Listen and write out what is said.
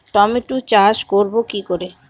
Tomato চাষ করব কি করে?